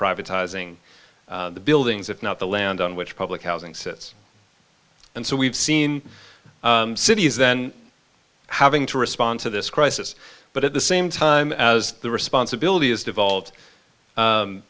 privatizing the buildings if not the land on which public housing sits and so we've seen cities then having to respond to this crisis but at the same time as the responsibility is devolved